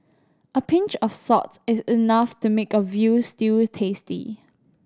a pinch of salts is enough to make a veal stew tasty